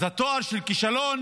אז התואר של כישלון,